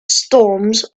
storms